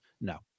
No